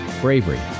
bravery